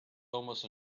almost